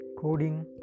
coding